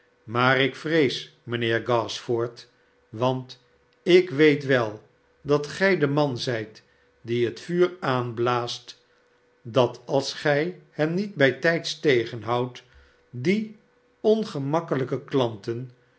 maar ik vrees mijnheer gashford want ik weet wel dat gij de man zijt die het vuur aanblaast dat als gij hen niet bijtijds tegenhoudt die ongemakkelijke klanten